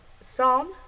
Psalm